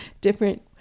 different